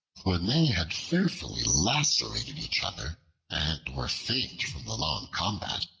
when they had fearfully lacerated each other and were faint from the long combat,